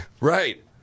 Right